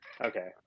Okay